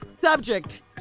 Subject